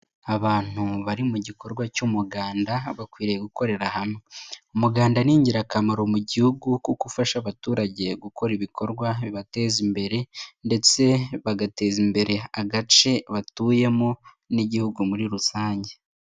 abantu bari mu gikorwa cy'umuganda bakwiriye gukorera hamwe, umuganda n'ingirakamaro mu gihugu kuko ufasha abaturage gukora ibikorwa bibateza imbere ndetse bagateza imbere agace batuyemo n'Igihugu muri rusange.